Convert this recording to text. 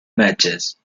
matches